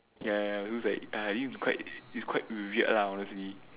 ya ya so like I think is quite it's quite weird lah honestly